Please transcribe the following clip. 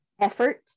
effort